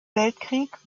weltkrieg